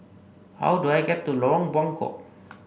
how do I get to Lorong Buangkok